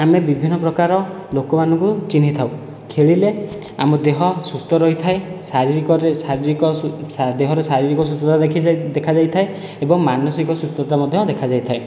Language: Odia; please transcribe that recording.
ଆମେ ବିଭିନ୍ନ ପ୍ରକାର ଲୋକମାନଙ୍କୁ ଚିହ୍ନି ଥାଉ ଖେଳିଲେ ଆମ ଦେହ ସୁସ୍ଥ ରହିଥାଏ ଶାରୀରିକରେ ଶାରୀରିକ ଦେହରେ ଶାରୀରିକ ସୁସ୍ଥତା ଦେଖିଛେ ଦେଖା ଯାଇଥାଏ ଏବଂ ମାନସିକ ସୁସ୍ଥତା ମଧ୍ୟ ଦେଖା ଯାଇଥାଏ